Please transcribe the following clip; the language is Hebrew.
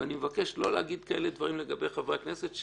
ואני מבקש לא להגיד כאלה דברים לגבי חברי הכנסת,